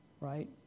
Right